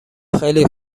خیلی